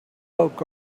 poke